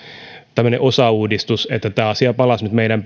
tämmöinen osauudistus eli tämä asia palasi nyt meidän